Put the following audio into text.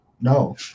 No